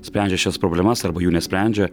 sprendžia šias problemas arba jų nesprendžia